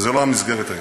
וזה לא המסגרת היום.